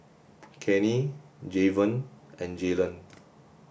Cannie Jayvon and Jaylon